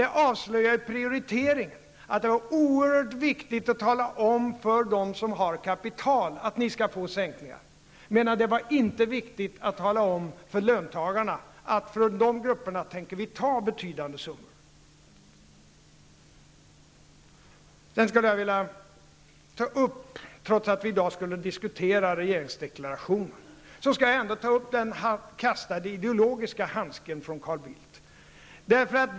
Det avslöjar prioriteringen, nämligen att det är oerhört viktigt att tala om för dem som har kapital att de skall få skattesänkningar men att det inte är viktigt att tala om för löntagarna att man tänker ta betydande summor från dem. Trots att vi i dag skall diskutera regeringsdeklarationen tänker jag ändå ta upp den halvt kastade ideologiska handsken från Carl Bildt.